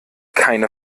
keine